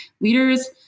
leaders